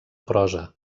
prosa